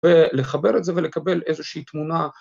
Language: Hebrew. ולחבר את זה ולקבל איזושהי תמונה.